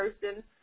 person